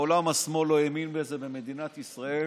מעולם השמאל לא האמין בזה במדינת ישראל,